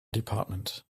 department